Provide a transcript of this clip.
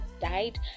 died